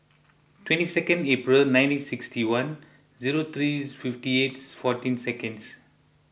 twenty second April nineteen sixty one zero three fifty eight fourteen seconds